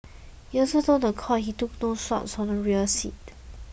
he also told the court that he took no swabs from the rear seat